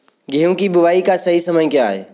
गेहूँ की बुआई का सही समय क्या है?